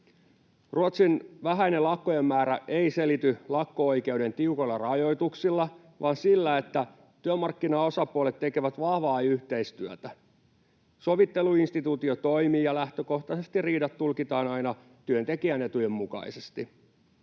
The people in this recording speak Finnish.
Ruotsin vähäinen lakkojen määrä ei selity lakko-oikeuden tiukoilla rajoituksilla vaan sillä, että työmarkkinaosapuolet tekevät vahvaa yhteistyötä. Sovitteluinstituutio toimii, ja lähtökohtaisesti riidat tulkitaan aina työntekijän etujen mukaisesti.